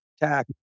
attack